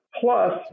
plus